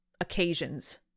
occasions